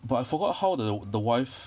but I forgot how the the wife